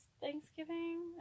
Thanksgiving